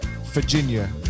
Virginia